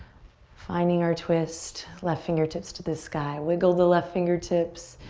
finding our twist, left fingertips to the sky. wiggle the left fingertips.